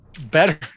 better